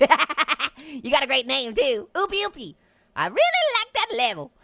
yeah ha you got a great name do opie opie i really like that level.